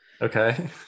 Okay